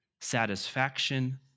satisfaction